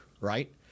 right